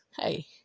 hey